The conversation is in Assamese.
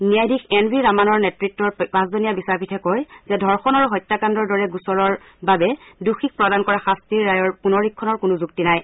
ন্যায়াধীশ এন ভি ৰামানাৰ নেতত্তৰ পাঁচজনীয়া বিচাৰপীঠে কয় যে ধৰ্ষণ আৰু হত্যাকাণ্ড গোচৰৰ বাবে দোষীক প্ৰদান কৰা শাস্তিৰ ৰায়ৰ পুনৰীক্ষণৰ কোনো যুক্তি নাই